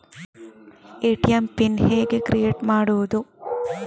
ATM PIN ಹೇಗೆ create ಮಾಡುವುದು?